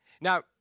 Now